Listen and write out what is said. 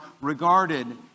regarded